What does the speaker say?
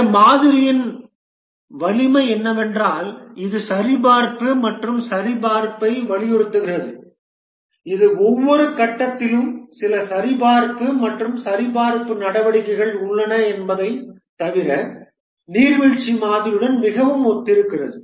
இந்த மாதிரியின் வலிமை என்னவென்றால் இது சரிபார்ப்பு மற்றும் சரிபார்ப்பை வலியுறுத்துகிறது இது ஒவ்வொரு கட்டத்திலும் சில சரிபார்ப்பு மற்றும் சரிபார்ப்பு நடவடிக்கைகள் உள்ளன என்பதைத் தவிர நீர்வீழ்ச்சி மாதிரியுடன் மிகவும் ஒத்திருக்கிறது